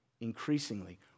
increasingly